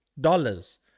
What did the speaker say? dollars